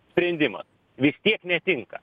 sprendimas vis tiek netinka